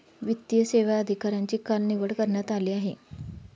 वित्तीय सेवा अधिकाऱ्यांची काल निवड करण्यात आली आहे